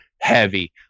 heavy